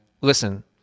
listen